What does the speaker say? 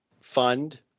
fund